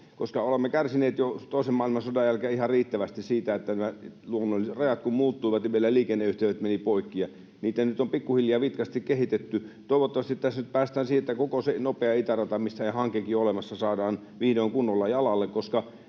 koska olemme kärsineet jo toisen maailmansodan jälkeen ihan riittävästi siitä, että rajat kun muuttuivat, niin meillä liikenneyhteydet menivät poikki. Niitä nyt on pikkuhiljaa, vitkasti kehitetty. Toivottavasti tässä nyt päästään siihen, että koko se nopea itärata, mistä on hankekin olemassa, saadaan vihdoin kunnolla jalalle,